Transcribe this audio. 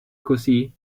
così